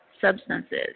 substances